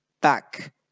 back